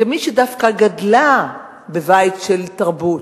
כמי שדווקא גדלה בבית של תרבות,